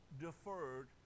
deferred